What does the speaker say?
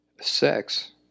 sex